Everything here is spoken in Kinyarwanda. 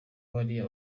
bariya